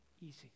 Easy